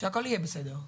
שהכל יהיה בסדר.